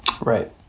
Right